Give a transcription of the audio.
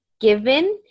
given